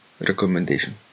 recommendation